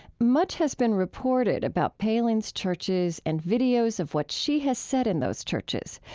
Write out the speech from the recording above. much has been reported about palin's churches and videos of what she has said in those churches.